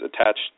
attached